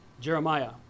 Jeremiah